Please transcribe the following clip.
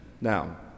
now